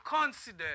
consider